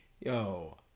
yo